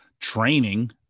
training